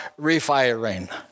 refiring